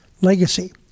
legacy